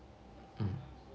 mm